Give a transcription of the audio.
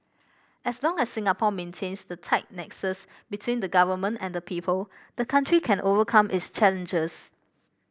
as long as Singapore maintains the tight nexus between the Government and people the country can overcome its challenges